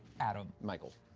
adam. michael.